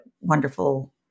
wonderful